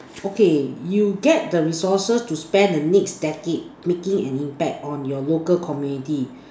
okay you get the resources to spend the next decade making an impact on your local community